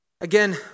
Again